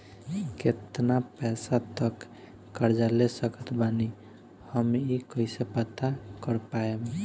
केतना पैसा तक कर्जा ले सकत बानी हम ई कइसे पता कर पाएम?